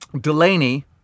Delaney